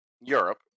Europe